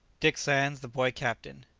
dick sands the boy captain.